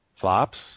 flops